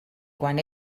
quan